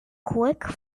quick